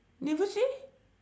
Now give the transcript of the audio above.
never say